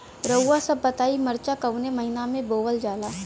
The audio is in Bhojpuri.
रउआ सभ बताई मरचा कवने महीना में बोवल जाला?